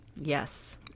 Yes